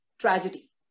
tragedy